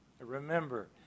Remember